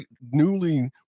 newly